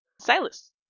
Silas